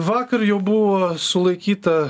vakar jau buvo sulaikyta